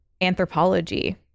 anthropology